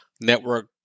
network